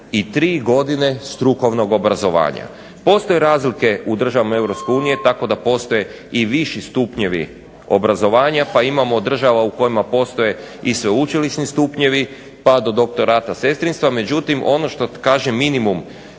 i 3 godine strukovnog obrazovanja. Postoje razlike u državama Europske unije tako da postoje i viši stupnjevi obrazovanja pa imamo država u kojima postoje i sveučilišni stupnjevi, pa do doktorata sestrinstva. Međutim, ono što kaže minimum